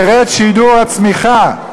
ירד שיעור הצמיחה,